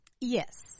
Yes